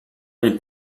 ogni